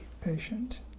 patient